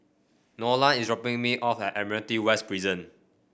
Nolan is dropping me off at Admiralty West Prison